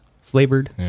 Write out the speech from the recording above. flavored